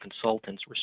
consultants